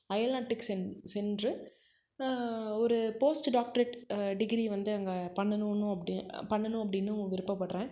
அயல்நாட்டுக்கு சென் சென்று ஒரு போஸ்ட்டு டாக்ட்ரேட் டிகிரி வந்து அங்கே பண்ணணுன்னு அப்படி பண்ணணும் அப்படினும் விருப்பப்படுகிறேன்